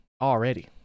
already